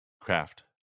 Craft